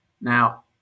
now